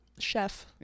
Chef